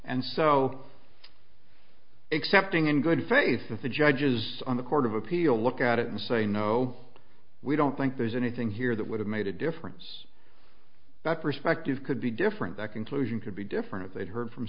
and so except ng in good faith that the judges on the court of appeal look at it and say no we don't think there's anything here that would have made a difference that perspective could be different that conclusion could be different if they heard from